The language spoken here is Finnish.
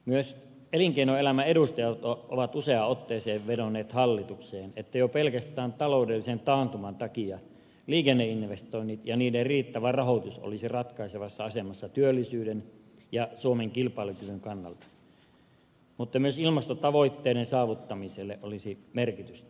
myös elinkeinoelämän edustajat ovat useaan otteeseen vedonneet hallitukseen että jo pelkästään taloudellisen taantuman takia liikenneinvestoinnit ja niiden riittävä rahoitus olisivat ratkaisevassa asemassa työllisyyden ja suomen kilpailukyvyn kannalta mutta myös ilmastotavoitteiden saavuttamisella olisi merkitystä